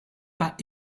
pas